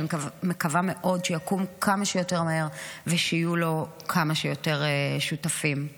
שאני מקווה מאוד שיקום כמה שיותר מהר ושיהיו לו כמה שיותר שותפים.